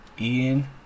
Ian